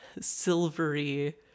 silvery